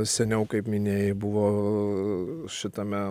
seniau kaip minėjai buvo šitame